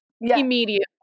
immediately